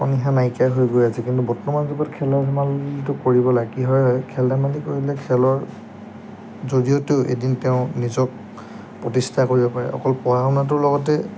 গৈ আছে কিন্তু বৰ্তমান যুগত খেল ধেমালি কৰিব খেল ধেমালি কৰিলে খেলৰ জৰিয়তেও এদিন তেওঁ নিজক প্ৰতিষ্ঠা কৰিব পাৰে অকল পঢ়া শুনাটোৰ লগতে